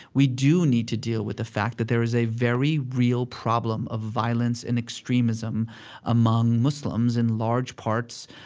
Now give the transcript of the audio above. we do need to deal with the fact that there is a very real problem of violence and extremism among muslims in large parts,